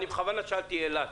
בכוונה שאלתי על אילת.